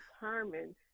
determined